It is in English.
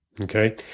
Okay